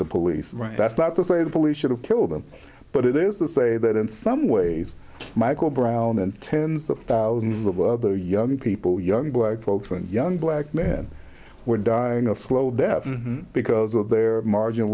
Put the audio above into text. the police right that's not to say the police should have killed him but it is a say that in some ways michael brown and tens of thousands of young people young black folks and young black men were dying a slow death because of their margin